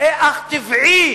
רואה אך טבעי